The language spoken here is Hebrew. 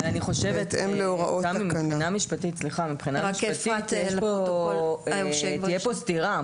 אני חושבת שמבחינה משפטית תהיה כאן סתירה.